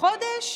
חודש?